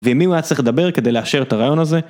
ועם מי הוא היה צריך לדבר כדי לאשר את הרעיון הזה?